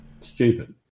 Stupid